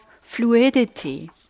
fluidity